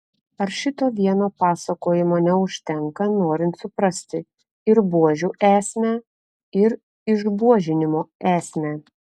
ar šito vieno pasakojimo neužtenka norint suprasti ir buožių esmę ir išbuožinimo esmę